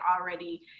already